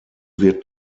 wird